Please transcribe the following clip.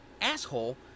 asshole